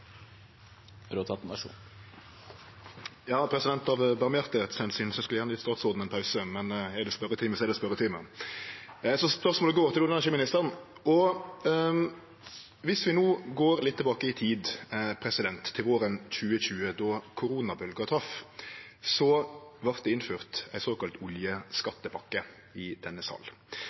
eg gjerne ha gjeve statsråden ein pause, men er det spørjetime, så er det spørjetime, så spørsmålet går til olje- og energiministeren. Viss vi går litt tilbake i tid, til våren 2020, då koronabølgja trefte, vart det innført ei såkalla oljeskattepakke i denne